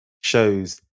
shows